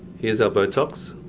here's our botox.